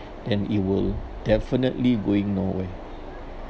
then it will definitely going nowhere